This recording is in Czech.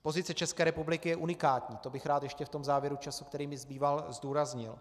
Pozice České republiky je unikátní, to bych rád ještě v závěru v čase, který mi zbývá, zdůraznil.